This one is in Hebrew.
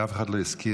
שאף אחד לא הזכיר,